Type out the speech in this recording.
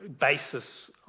basis